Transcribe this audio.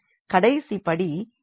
கடைசி படி இன்வெர்ஸ் எடுப்பது ஆகும்